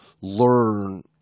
learn